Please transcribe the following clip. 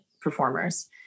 performers